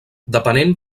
depenent